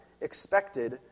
expected